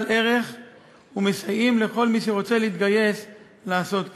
ערך ומסייעים לכל מי שרוצה להתגייס לעשות כן.